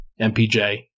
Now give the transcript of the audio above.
MPJ